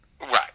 Right